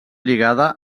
lligada